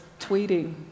tweeting